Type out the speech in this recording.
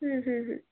হুম হুম হুম